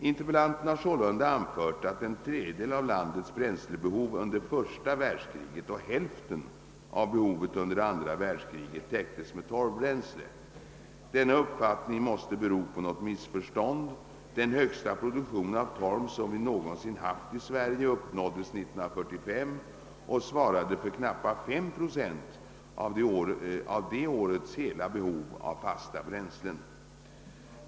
Interpellanten har sålunda anfört att en tredjedel av landets bränslebehov under första världskriget och hälften av behovet under andra världskriget täcktes med torvbränsle. Denna uppfattning måste bero på något missförstånd. Den högsta produktion av torv som vi någonsin haft i Sverige uppnåddes 1945 och svarade för knappa 5 procent av det årets hela behov av fasta bränslen.